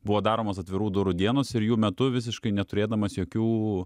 buvo daromos atvirų durų dienos ir jų metu visiškai neturėdamas jokių